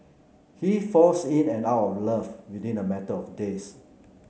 he falls in and out of love within a matter of days